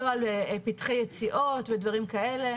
לא על פתחי יציאות ודברים כאלה.